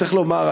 צריך לומר,